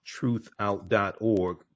truthout.org